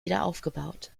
wiederaufgebaut